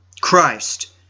Christ